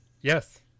Yes